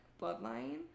bloodline